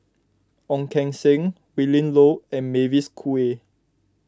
Ong Keng Sen Willin Low and Mavis Khoo Oei